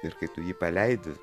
ir kai tu jį paleidi